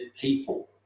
people